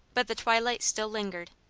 but the twilight still lingered.